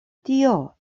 tio